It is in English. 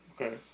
Okay